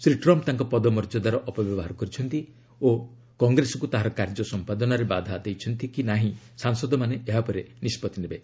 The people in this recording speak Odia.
ଶ୍ରୀ ଟ୍ରମ୍ପ୍ ତାଙ୍କ ପଦ ମର୍ଯ୍ୟଦାର ଅପବ୍ୟବହାର କରିଛନ୍ତି ଓ କଂଗ୍ରେସକୁ ତାହାର କାର୍ଯ୍ୟ ସମ୍ପାଦନାରେ ବାଧା ଦେଇଛନ୍ତି କି ନାହିଁ ସାଂସଦମାନେ ଏହା ଉପରେ ନିଷ୍ପଭି ନେବେ